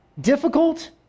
difficult